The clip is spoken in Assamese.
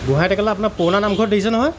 গোহাঁই টেকেলা আপোনাৰ পুৰণা নামঘৰটো দেখিছে নহয়